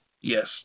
yes